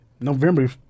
November